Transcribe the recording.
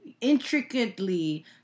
intricately